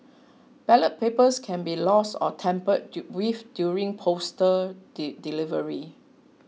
ballot papers can be lost or tampered with during postal delivery